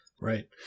Right